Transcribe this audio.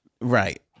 Right